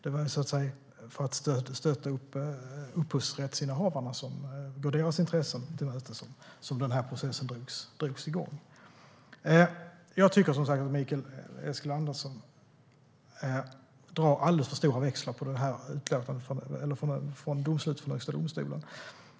Det var så att säga för att stötta upphovsrättsinnehavarna och gå deras intressen till mötes som man drog igång den här processen. Jag tycker som sagt att Mikael Eskilandersson drar alldeles för stora växlar på det här domslutet från Högsta domstolen.